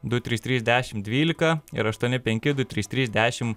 du trys trys dešimt dvylika ir aštuoni penki du trys trys dešim